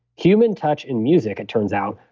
human touch and music, it turns out,